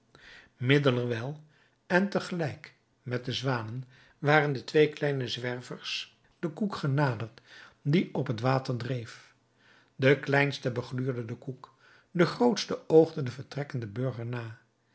middelerwijl en tegelijk met de zwanen waren de twee kleine zwervers den koek genaderd die op het water dreef de kleinste begluurde den koek de grootste oogde den vertrekkenden burger na